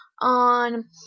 on